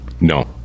No